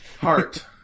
heart